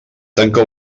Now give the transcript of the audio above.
tanca